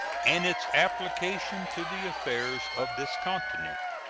and its application to the affairs of this continent.